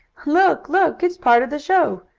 look! look! it's part of the show!